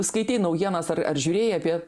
skaitei naujienas ar ar žiūrėjai apie